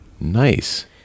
Nice